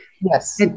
Yes